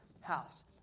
house